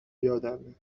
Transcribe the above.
یادمه